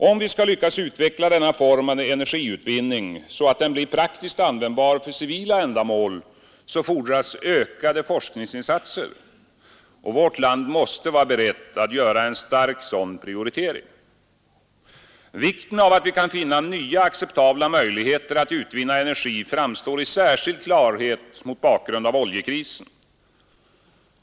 Om vi skall lyckas utveckla denna form av energiutvinning så att den blir praktiskt användbar för civila ändamål fordras ökade forskningsinsatser. Vårt land måste vara berett att göra en stark sådan prioritering. Vikten av att vi kan finna nya acceptabla möjligheter att utvinna energi framstår i särskild klarhet mot bakgrund av oljekrisen.